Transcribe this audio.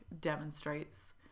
demonstrates